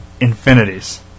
infinities